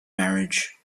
marriage